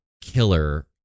killer